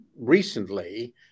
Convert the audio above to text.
recently